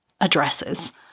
addresses